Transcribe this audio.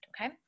Okay